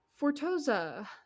Fortosa